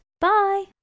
Bye